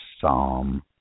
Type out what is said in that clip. Psalm